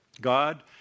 God